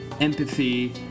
empathy